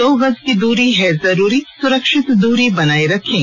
दो गज की दूरी है जरूरी सुरक्षित दूरी बनाए रखें